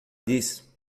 diz